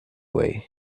way